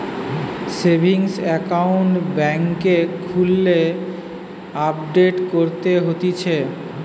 savings account বেংকে খুললে update করতে হতিছে